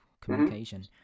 communication